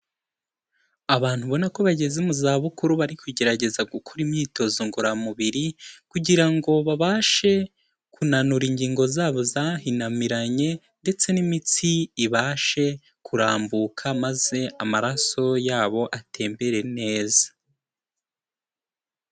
Abantu ubona ko bageze mu zabukuru bari kugerageza gukora imyitozo ngororamubiri, kugira ngo babashe kunanura ingingo zabo zahinamiranye, ndetse n'imitsi ibashe kurambuka maze amaraso yabo atembere neza.